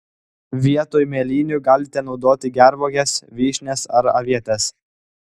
vietoj mėlynių galite naudoti gervuoges vyšnias ar avietes